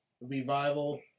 Revival